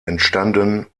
entstanden